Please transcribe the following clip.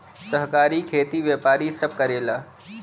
सहकारी खेती व्यापारी सब करेला